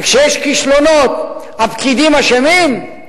וכשיש כישלונות הפקידים אשמים?